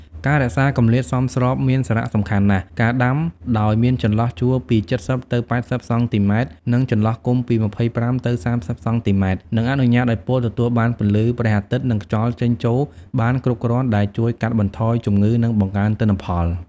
ការរក្សាគម្លាតសមស្របមានសារៈសំខាន់ណាស់ ការដាំដោយមានចន្លោះជួរពី ៧០ ទៅ ៨០ សង់ទីម៉ែត្រ និង ចន្លោះគុម្ពពី ២៥ ទៅ ៣០ សង់ទីម៉ែត្រ នឹងអនុញ្ញាតឱ្យពោតទទួលបានពន្លឺព្រះអាទិត្យ និងខ្យល់ចេញចូលបានគ្រប់គ្រាន់ ដែលជួយកាត់បន្ថយជំងឺ និងបង្កើនទិន្នផល។